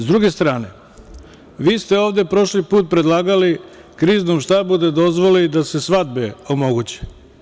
S druge strane, vi ste ovde prošli put predlagali Kriznom štabu da dozvoli da se svadbe omoguće.